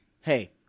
hey